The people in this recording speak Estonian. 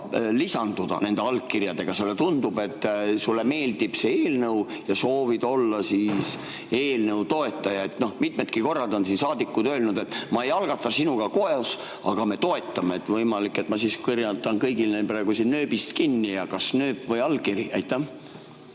lisanduda nendele allkirja andnutele, kui sulle tundub, et sulle meeldib see eelnõu ja sa soovid olla eelnõu toetaja. Mitmedki korrad on siin saadikud öelnud, et ma ei algata sinuga koos, aga me toetame. Võimalik, et ma siis kohe võtan kõigil neil praegu siin nööbist kinni: "Kas nööp või allkiri?" Aitäh!